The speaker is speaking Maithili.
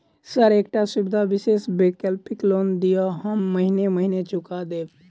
सर एकटा सुविधा विशेष वैकल्पिक लोन दिऽ हम महीने महीने चुका देब?